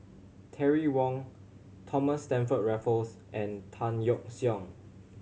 Terry Wong Thomas Stamford Raffles and Tan Yeok Seong